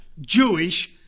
Jewish